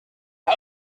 how